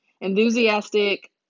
enthusiastic